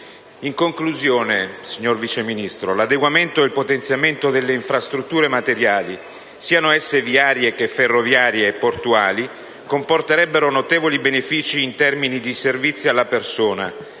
In conclusione, signor Sottosegretario, l'adeguamento e il potenziamento delle infrastrutture materiali, siano esse viarie, ferroviarie o portuali, comporterebbero notevoli benefici in termini di servizi alla persona,